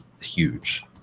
huge